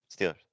Steelers